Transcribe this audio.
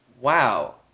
Wow